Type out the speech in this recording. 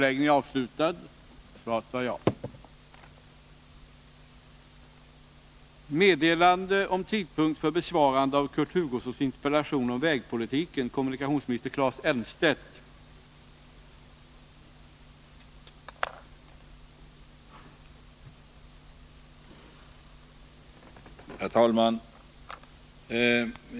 Herr talman!